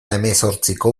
hemezortziko